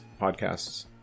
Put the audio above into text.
podcasts